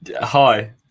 Hi